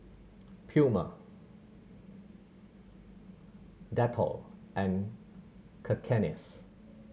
Puma Dettol and Cakenis